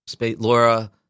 Laura